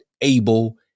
Able